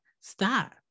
stop